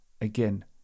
Again